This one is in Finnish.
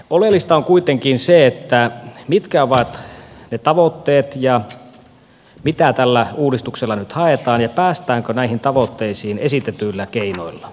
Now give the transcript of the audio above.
oleellista on kuitenkin se mitkä ovat ne tavoitteet ja mitä tällä uudistuksella nyt haetaan ja päästäänkö näihin tavoitteisiin esitetyillä keinoilla